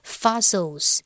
fossils